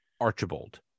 Archibald